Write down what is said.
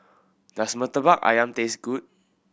does Murtabak Ayam taste good